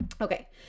okay